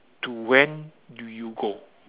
to when do you go